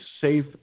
safe